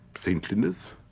saintliness,